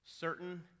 certain